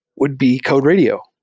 would be code radio.